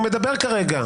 הוא מדבר כרגע.